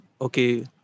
okay